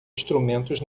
instrumentos